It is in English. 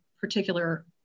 particular